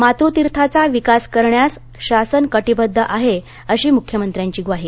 मातृतिर्थाचा विकास करण्यारस शासन कटीबद्ध आहे अशी मुख्यमंत्र्यांची ग्वाही